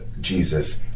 Jesus